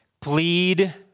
Plead